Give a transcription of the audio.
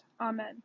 Amen